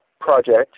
project